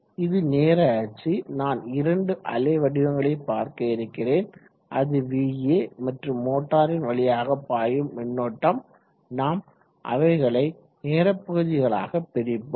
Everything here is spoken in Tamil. இது நேர அச்சு நான் இரண்டு அலைவடிவங்களை பார்க்க இருக்கிறேன் அது va மற்றும் மோட்டாரின் வழியாக பாயும் மின்னோட்டம் நாம் அவைகளை நேர பகுதிகளாக பிரிப்போம்